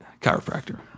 chiropractor